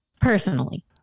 personally